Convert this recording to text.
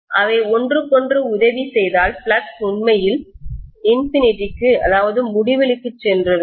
அவை ஒன்றுக்கொன்று உதவி செய்தால் ஃப்ளக்ஸ் உண்மையில் இன்ஃபினிட்டிக்கு முடிவிலிக்குச் சென்றிருக்கும்